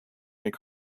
other